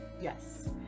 Yes